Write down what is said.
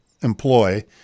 employ